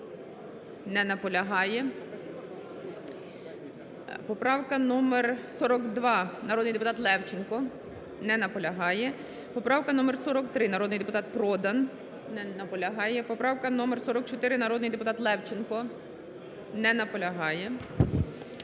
Не наполягає. Поправка номер 42, народний депутат Левченко. Не наполягає. Поправка номер 43, народний депутат Продан. Не наполягає. Поправка номер 44, народний депутат Левченко. Не наполягає.